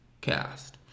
cast